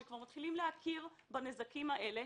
שכבר מתחילים להכיר בנזקים האלה.